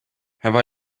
have